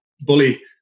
Bully